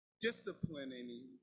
disciplining